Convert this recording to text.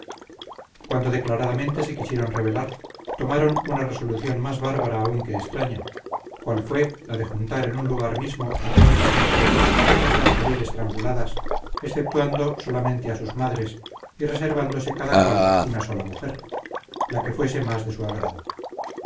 cuando declaradamente se quisieron rebelar tomaron una resolución más bárbara aun que extraña cual fue la de juntar en un lugar mismo a todas las mujeres y hacerlas morir estranguladas exceptuando solamente a sus madres y reservándose cada cual una sola mujer la que fuese más de su agrado